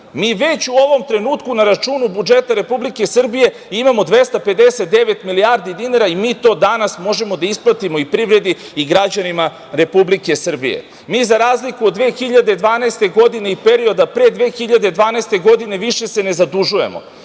već u ovom trenutku na računu budžeta Republike Srbije imamo 259 milijardi dinara i mi to danas možemo da isplatimo i privredi i građanima Republike Srbije.Za razliku od 2012. godine i perioda pre 2012. godine, mi se više ne zadužujemo.